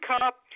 cup